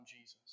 Jesus